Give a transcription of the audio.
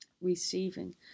receiving